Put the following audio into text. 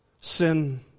Sin